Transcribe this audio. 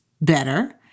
better